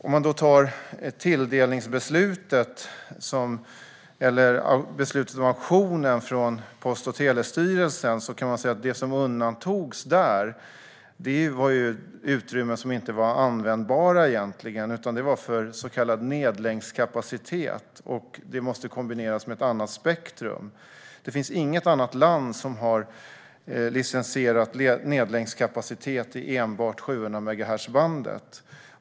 Om man tittar på tilldelningsbeslutet, eller beslutet om auktionen, från Post och telestyrelsen kan man se att det som undantogs där var utrymmen som egentligen inte var användbara. De var för så kallad nedläggningskapacitet och måste kombineras med ett annat spektrum. Det finns inget annat land som har licensierat nedläggningskapacitet i enbart 700-megahertzbandet.